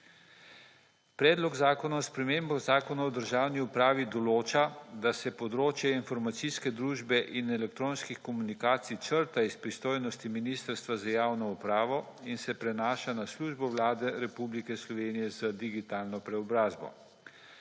Predlog zakona o spremembah Zakon o državni upravi določa, da se področje informacijske družbe in elektronskih komunikacij črta iz pristojnosti Ministrstva za javno upravo in se prenaša na Službo Vlade Republike Slovenije z digitalno preobrazbo.